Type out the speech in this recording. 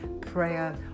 prayer